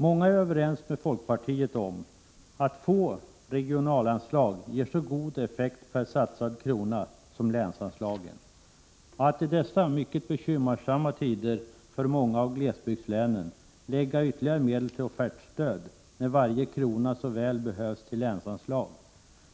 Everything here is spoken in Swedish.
Många är överens med folkpartiet om att få regionalanslag ger så god effekt per satsad krona som länsanslagen. Att i dessa för många av glesbygdslänen mycket bekymmersamma tider lägga ytterligare medel till offertstöd, när varje krona så väl behövs till länsanslag,